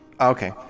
Okay